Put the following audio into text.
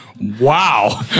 wow